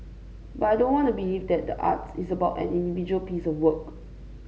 but I don't want to believe that the arts is about an individual piece of work